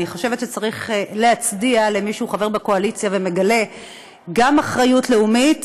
אני חושבת שצריך להצדיע למי שהוא חבר בקואליציה ומגלה גם אחריות לאומית